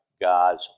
God's